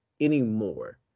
anymore